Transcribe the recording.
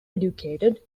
educated